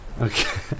Okay